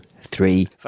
Three